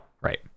Right